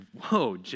whoa